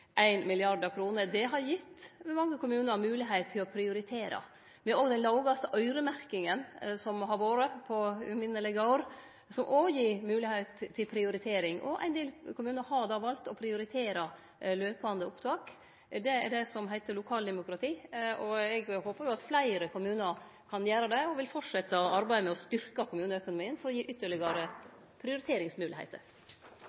som òg gir moglegheit til prioritering. Ein del kommunar har då valt å prioritere løpande opptak. Det er det som heiter lokaldemokrati. Eg håpar jo at fleire kommunar kan gjere det, og me vil fortsetje arbeidet med å styrkje kommuneøkonomien for å gi